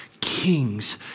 Kings